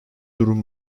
durum